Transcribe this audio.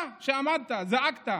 אתה, שעמדת, זעקת,